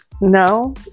No